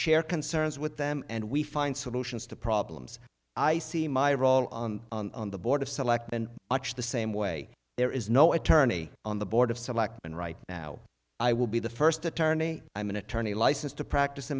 share concerns with them and we find solutions to problems i see my role on the board of selectmen much the same way there is no attorney on the board of selectmen right now i will be the first attorney i'm an attorney licensed to practice in